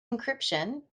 encryption